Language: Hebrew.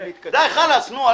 די, חלאס, נו.